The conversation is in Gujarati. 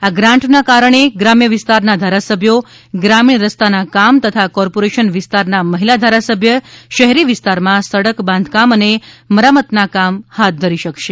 આ ગ્રાન્ટના કારણે ગ્રામ્ય વિસ્તારના ધારાસભ્યો ગ્રામીણ રસ્તાના કામ તથા કોર્પોરેશન વિસ્તારના મહિલા ધારાસભ્ય શહેરી વિસ્તારમાં સડક બાંધકામ અને મરામત ના કામ હાથ ધરી શકશે